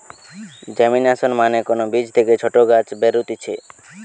germination মানে কোন বীজ থেকে ছোট গাছ বেরুতিছে